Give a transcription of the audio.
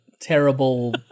terrible